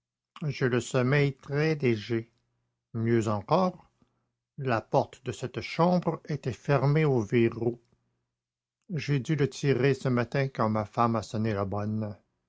j'ai le sommeil très léger mieux encore la porte de cette chambre était fermée au verrou j'ai dû le tirer ce matin quand ma femme a sonné la bonne